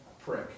prick